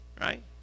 Right